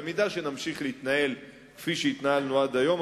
אם נמשיך להתנהל כפי שהתנהלנו עד היום,